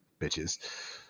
bitches